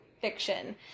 fiction